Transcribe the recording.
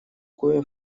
кое